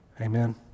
Amen